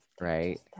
right